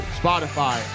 spotify